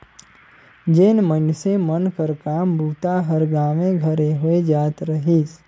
जेन मइनसे मन कर काम बूता हर गाँवे घरे होए जात रहिस